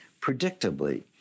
Predictably